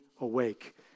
awake